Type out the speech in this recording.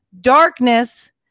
Darkness